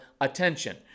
attention